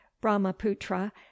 brahmaputra